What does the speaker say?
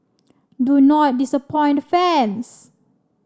do not disappoint the fans